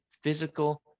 physical